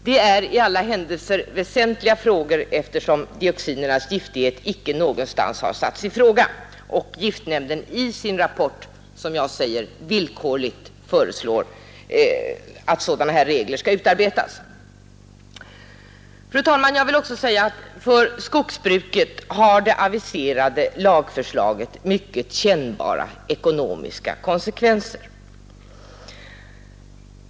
Det är i varje fall mycket väsentliga frågor, eftersom dioxinernas giftighet inte har ifrågasatts någonstans och giftnämnden i sin rapport som sagt villkorligt föreslår att sådana regler skall utarbetas. Fru talman! För skogsbruket har det aviserade lagförslaget mycket kännbara ekonomiska konsekvenser.